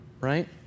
right